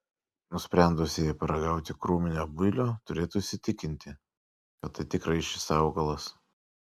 nusprendusieji paragauti krūminio builio turėtų įsitikinti kad tai tikrai šis augalas